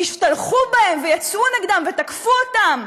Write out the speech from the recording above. והשתלחו בהם, ויצאו נגדם ותקפו אותם?